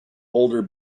older